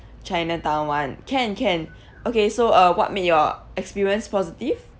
chinatown one can can okay so uh what made your experience positive